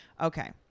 Okay